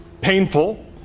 painful